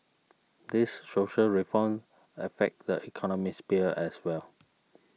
these social reforms affect the economic sphere as well